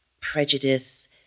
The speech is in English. prejudice